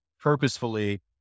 purposefully